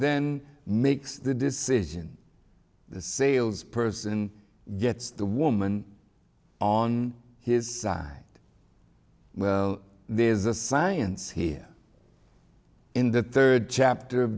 then makes the decision the sales person gets the woman on his side there is a science here in the third chapter